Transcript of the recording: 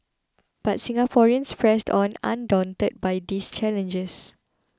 but Singaporeans pressed on undaunted by these challenges